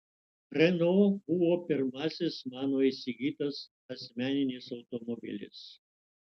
renault buvo pirmasis mano įsigytas asmeninis automobilis